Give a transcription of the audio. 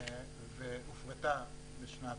והופרטה בשנת